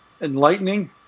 enlightening